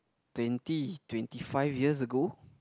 twenty twenty five years ago